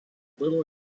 little